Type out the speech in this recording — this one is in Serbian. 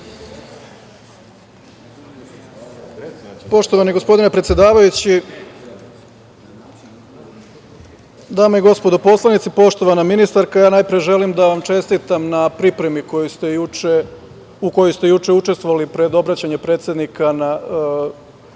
Poštovani gospodine predsedavajući, dame i gospodo poslanici, poštovana ministarka, najpre želim da vam čestitam na pripremi u kojoj ste juče učestvovali pred obraćanje predsednika na Savetu